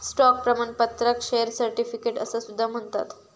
stock प्रमाणपत्राक share certificate असा सुद्धा म्हणतत